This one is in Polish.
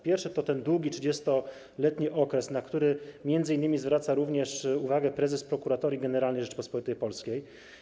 Pierwszy to ten długi, 30-letni okres, na który m.in. zwraca również uwagę prezes Prokuratorii Generalnej Rzeczypospolitej Polskiej.